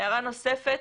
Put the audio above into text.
הערה נוספת,